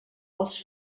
els